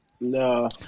No